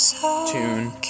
tune